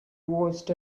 watched